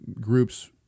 groups